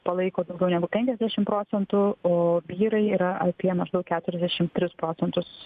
palaiko daugiau negu penkiasdešim procentų o vyrai yra apie maždaug keturiasdešim tris procentus